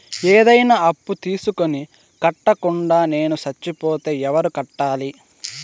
ఏదైనా అప్పు తీసుకొని కట్టకుండా నేను సచ్చిపోతే ఎవరు కట్టాలి?